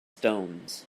stones